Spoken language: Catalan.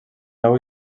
deu